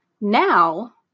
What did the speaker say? now